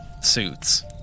suits